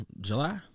July